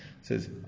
says